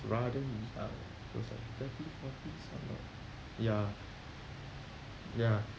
rather young he was like thirty forty sort of ya ya